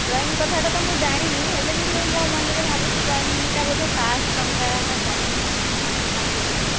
drawing କଥାଟା ତ ମୁଁ ଜାଣିନି ହେଲେ ବି ମୁଁ ମୋ ମନରେ ଭାବୁଛି ଡ୍ରଇଁଟା ବୋଧେ ପାଞ୍ଚଶହ ଟଙ୍କା ନା କ'ଣ ମାସକୁ